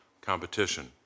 competition